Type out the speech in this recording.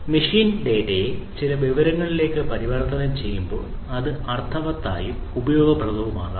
machine ഡാറ്റയെ ചില വിവരങ്ങളിലേക്ക് പരിവർത്തനം ചെയ്യുമ്പോൾ അത് അർത്ഥവത്തായതും ഉപയോഗപ്രദവുമാക്കാം